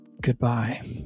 Goodbye